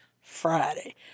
Friday